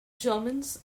germans